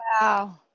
Wow